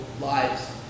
lives